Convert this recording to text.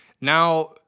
now